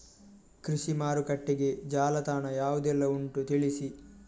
ಕೃಷಿ ಮಾರುಕಟ್ಟೆಗೆ ಜಾಲತಾಣ ಯಾವುದೆಲ್ಲ ಉಂಟು ತಿಳಿಸಿ